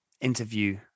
interview